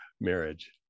marriage